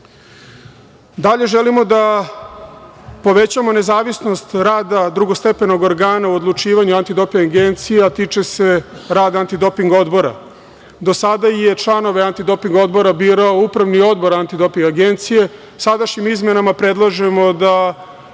rezultate. Želimo da povećamo nezavisnost rada drugostepenog organa u odlučivanju Antidoping agencije, a tiče se radi Antidoping odbora. Do sada je članove Antidoping odbora birao Upravni odbor Antidoping agencije. Sadašnjim izmenama predlažemo da